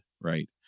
right